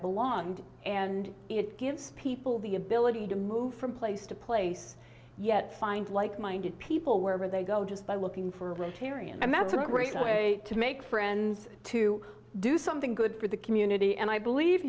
belonged and it gives people the ability to move from place to place yet find like minded people wherever they go just by looking for rick perry and that's a great way to make friends to do something good for the community and i believe